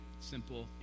simple